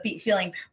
feeling